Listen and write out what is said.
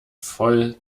voll